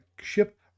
ship